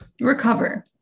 recover